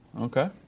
Okay